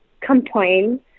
complain